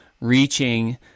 reaching